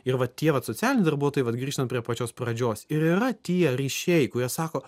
ir va tie vat socialiniai darbuotojai vat grįžtant prie pačios pradžios ir yra tie ryšiai kurie sako